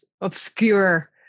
obscure